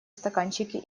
стаканчики